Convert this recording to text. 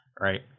right